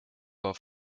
war